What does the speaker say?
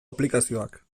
aplikazioak